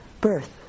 birth